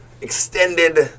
extended